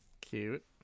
Cute